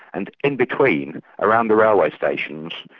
and in between, around the railway stations,